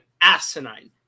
asinine